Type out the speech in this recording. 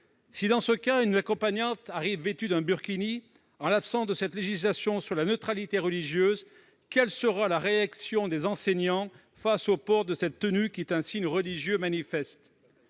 Imaginons qu'une accompagnante arrive vêtue d'un burkini : en l'absence d'une législation portant sur la neutralité religieuse, quelle sera la réaction des enseignants face au port de cette tenue, qui est un signe religieux manifeste ?